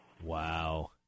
Wow